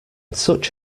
such